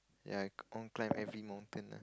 ya I I want climb every mountain